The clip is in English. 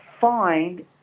find